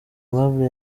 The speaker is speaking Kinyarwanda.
aimable